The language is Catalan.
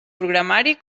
programari